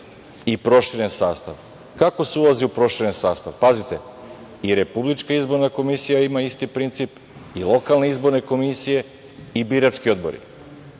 i proširen sastav. Kako se ulazi u prošireni sastav? Pazite, i Republička izborna komisija ima isti princip i lokalne izborne komisije i birački odbori.